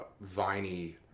viney